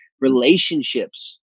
relationships